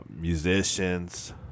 musicians